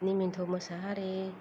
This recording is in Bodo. निमेन्थ' मोसाहारि